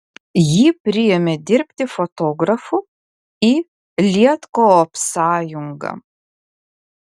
jį priėmė dirbti fotografu į lietkoopsąjungą